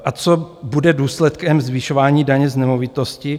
A co bude důsledkem zvyšování daně z nemovitosti?